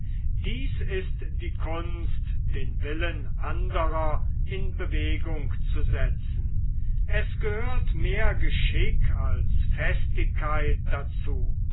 dies ist die kunst den willen andrer in bewegung zu setzen es gehört mehr geschick als festigkeit dazu